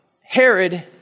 Herod